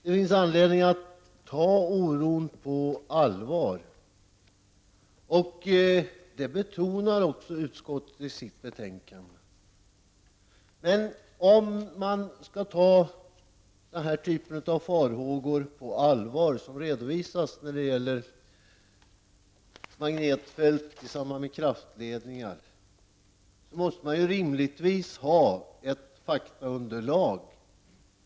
Det finns anledning att ta oron på allvar, vilket också utskottsmajoriteten betonar i betänkandet. Men om man skall kunna ta den typ av faror som redovisas på allvar, farorna med anledning av magnetfält vid kraftledningar, måste man rimligtvis ha ett faktaunderlag.